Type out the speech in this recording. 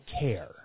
care